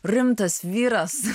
rimtas vyras